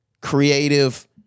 creative